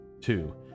two